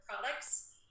products